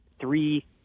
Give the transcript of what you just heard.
three